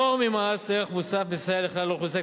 פטור ממס ערך מוסף מסייע לכלל האוכלוסייה,